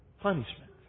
punishment